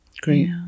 great